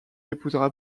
épousera